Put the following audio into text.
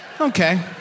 Okay